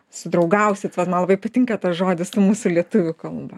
sudraugausit vat man labai patinka tas žodis su mūsų lietuvių kalba